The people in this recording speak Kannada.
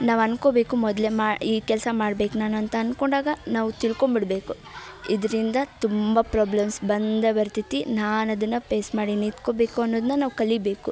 ನಾವು ಅನ್ಕೊಬೇಕು ಮೊದಲೇ ಮಾ ಈ ಕೆಲಸ ಮಾಡಬೇಕು ನಾನು ಅಂತ ಅನ್ಕೊಂಡಾಗ ನಾವು ತಿಳ್ಕೊಂಬಿಡಬೇಕು ಇದರಿಂದ ತುಂಬ ಪ್ರಾಬ್ಲಮ್ಸ್ ಬಂದೇ ಬರ್ತೈತಿ ನಾನು ಅದನ್ನು ಪೇಸ್ ಮಾಡಿ ನಿತ್ಕೊಬೇಕು ಅನ್ನೋದನ್ನು ನಾವು ಕಲಿಬೇಕು